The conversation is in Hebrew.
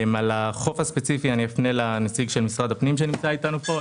לגבי החוף הספציפי אני אפנה לנציג של משרד הפנים שנמצא אתנו כאן,